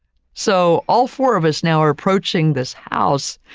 so, all four of us now are approaching this house,